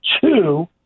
two